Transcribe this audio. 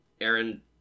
aaron